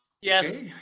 Yes